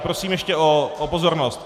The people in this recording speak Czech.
Prosím ještě o pozornost.